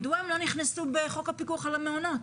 מדוע הם לא נכנסו בחוק הפיקוח על המעונות?